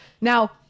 Now